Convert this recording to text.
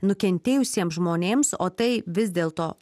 nukentėjusiems žmonėms o tai vis dėlto